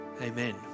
amen